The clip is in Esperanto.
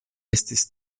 estis